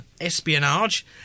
espionage